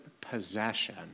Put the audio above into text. possession